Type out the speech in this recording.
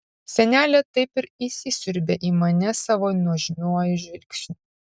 senelė taip ir įsisiurbė į mane savo nuožmiuoju žvilgsniu